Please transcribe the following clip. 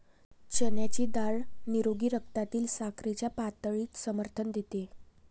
चण्याची डाळ निरोगी रक्तातील साखरेच्या पातळीस समर्थन देते